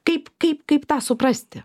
kaip kaip kaip tą suprasti